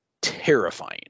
terrifying